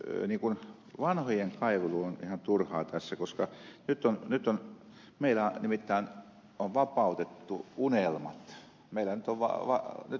nyt niin kuin vanhojen kaivelu on ihan turhaa tässä koska nyt on meillä nimittäin vapautettu unelmat meille on nyt mahdollista